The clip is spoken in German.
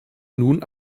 nun